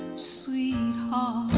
sweetheart